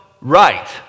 right